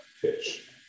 pitch